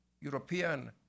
European